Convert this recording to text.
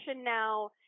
now